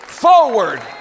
forward